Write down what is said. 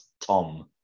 Tom